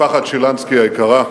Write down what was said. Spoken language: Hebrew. משפחת שילנסקי היקרה,